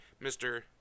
Mr